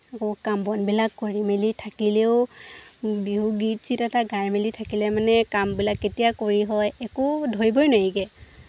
আকৌ কাম বনবিলাক কৰি মেলি থাকিলেও বিহু গীত চিট এটা গাই মেলি থাকিলে মানে কামবিলাক কেতিয়া কৰি হয় একো ধৰিবই নোৱাৰিগৈ